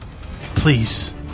Please